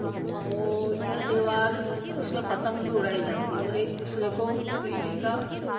और यह त्योहार इसमें पतंग भी उड़ाई जाती है और एक दूसरे को तिल्ली का